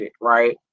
right